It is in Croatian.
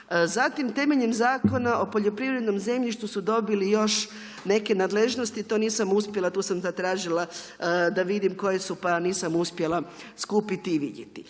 Zatim temeljem Zakona o poljoprivrednom zemljištu su dobili još neke nadležnosti, to nisam uspjela, tu sam zatražila da vidim koje su, pa nisam uspjela skupiti i vidjeti.